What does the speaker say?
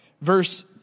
Verse